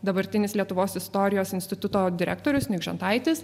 dabartinis lietuvos istorijos instituto direktorius nikžentaitis